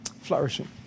Flourishing